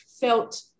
felt